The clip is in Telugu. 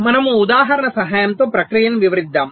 మనము ఉదాహరణ సహాయంతో ప్రక్రియను వివరిద్దాం